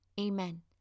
Amen